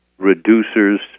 reducers